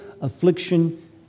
affliction